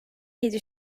yedi